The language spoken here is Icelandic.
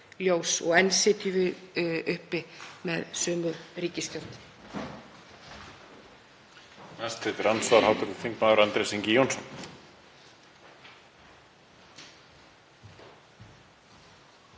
og enn sitjum við uppi með sömu ríkisstjórn.